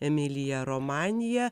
emilija romanija